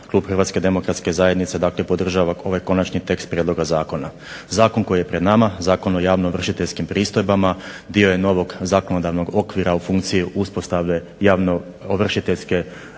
klub Hrvatske demokratske zajednice dakle podržava ovaj konačni tekst prijedloga zakona. Zakon koji je pred nama, Zakon o javnoovršiteljskim pristojbama dio je novog zakonodavnog okvira u funkciji uspostave javnoovršiteljske